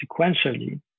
sequentially